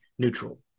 Neutral